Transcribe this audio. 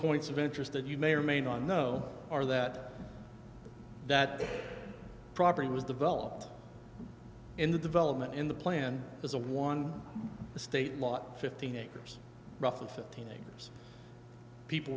points of interest that you may or may not know are that that property was developed in the development in the plan as a one state law fifteen acres roughly fifteen acres people